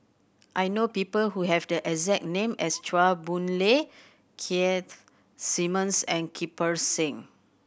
I know people who have the exact name as Chua Boon Lay Keith Simmons and Kirpal Singh